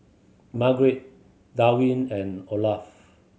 Margaret Darwyn and Olaf